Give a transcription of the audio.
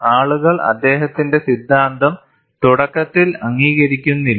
ആളുകൾ അദ്ദേഹത്തിന്റെ സിദ്ധാന്തം തുടക്കത്തിൽ അംഗീകരിക്കുന്നില്ല